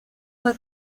fue